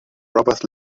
robbers